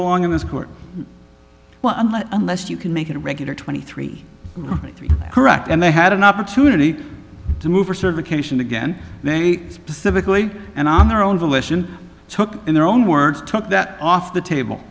belong in this court well unless unless you can make it regular twenty three three correct and they had an opportunity to move for certification again they specifically and on their own volition took in their own words took that off the table